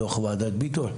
דוח ועדת ביטון,